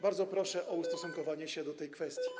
Bardzo proszę o ustosunkowanie się do tej kwestii.